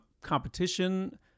competition